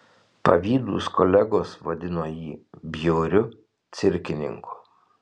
pavydūs kolegos vadino jį bjauriu cirkininku